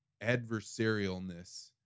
adversarialness